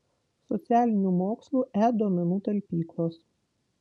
socialinių mokslų e duomenų talpyklos